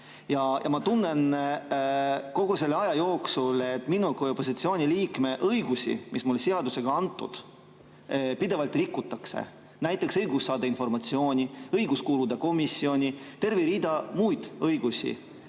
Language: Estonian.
Ma olen tundnud kogu selle aja jooksul, et minu kui opositsiooni liikme õigusi, mis mulle seadusega on antud, pidevalt rikutakse, näiteks õigust saada informatsiooni, õigust kuuluda komisjoni, tervet rida muid õigusi,